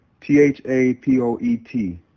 T-H-A-P-O-E-T